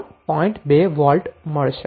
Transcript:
2 volt મળશે